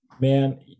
man